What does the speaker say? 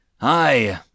Hi